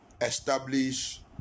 establish